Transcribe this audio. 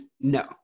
no